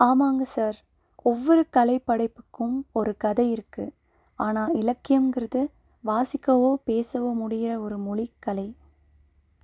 ஆமாங்க சார் ஒவ்வொரு கலைப் படைப்புக்கும் ஒரு கதை இருக்குது ஆனால் இலக்கியம்ங்கிறது வாசிக்கவோ பேசவோ முடிகிற ஒரு மொழிக் கலை